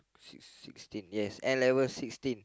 sixteen yes N-level sixteen